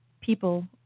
People